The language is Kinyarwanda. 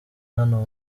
hano